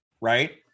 right